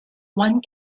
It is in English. one